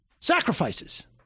sacrifices